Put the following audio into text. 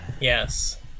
Yes